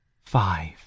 five